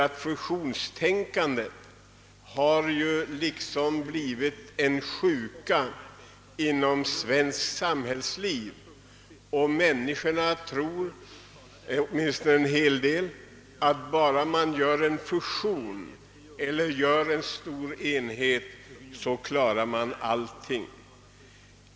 Ty fusionstänkandet har ju liksom blivit en sjuka inom svenskt samhällsliv, och en hel del människor menar, att bara man genomför en fusion eller skapar en stor enhet, så klarar man allting.